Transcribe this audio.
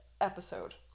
episode